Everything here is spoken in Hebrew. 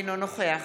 אינו נוכח